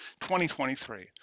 2023